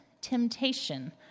temptation